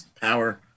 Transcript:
power